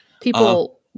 People